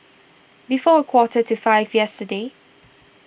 before a quarter to five yesterday